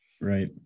right